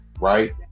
Right